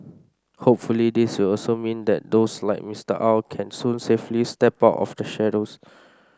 hopefully this will also mean that those like Mister Aw can soon safely step out of the shadows